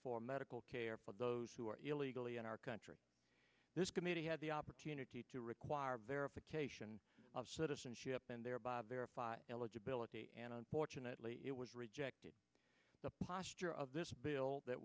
for medical care for those who are illegally in our country this committee had the opportunity to require verification of citizenship and thereby verify eligibility and unfortunately it was rejected the posture of this bill that